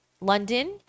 London